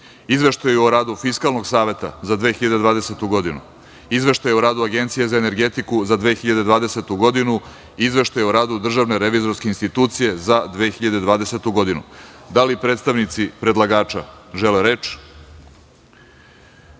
Izveštaju o radu Fiskalnog saveta za 2020. godinu, Izveštaju o radu Agencije za energetiku za 2020. godinu i Izveštaju o radu Državne revizorske institucije za 2020. godinu. Da li predstavnici predlagača žele reč? Reč